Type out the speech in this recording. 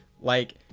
Like-